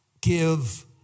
give